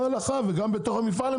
זה לא בתוך המפעל.